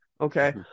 okay